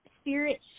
spirit